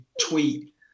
tweet